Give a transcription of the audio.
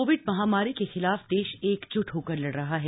Covid महामारी के खिलाफ देश एकजुट होकर लड़ रहा है